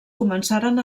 començaren